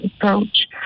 approach